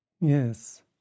Yes